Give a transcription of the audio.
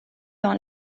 dans